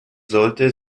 sollte